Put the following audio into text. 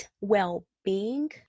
well-being